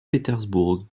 pétersbourg